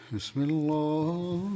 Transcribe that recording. Bismillah